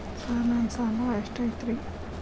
Sir ನನ್ನ ಸಾಲಾ ಎಷ್ಟು ಐತ್ರಿ?